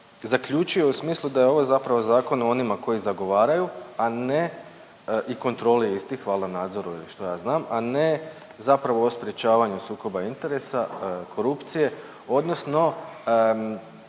zaključio u smislu da je ovo zapravo zakon o onima koji zagovaraju, a ne i kontroli istih, valda nadzoru ili što ja znam, a ne zapravo o sprječavanju sukoba interesa, korupcije odnosno